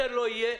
יותר לא יהיה,